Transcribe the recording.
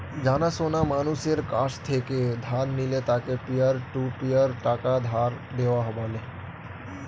জানা সোনা মানুষের কাছ থেকে ধার নিলে তাকে পিয়ার টু পিয়ার টাকা ধার দেওয়া বলে